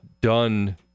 done